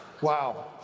Wow